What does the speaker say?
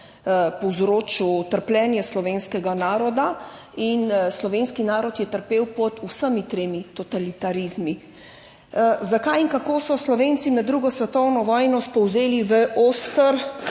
povzročil trpljenje slovenskega naroda in slovenski narod je trpel pod vsemi tremi totalitarizmi. Zakaj in kako so Slovenci med II. svetovno vojno spolzeli v oster